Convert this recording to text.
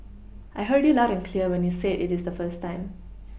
I heard you loud and clear when you said it is the first time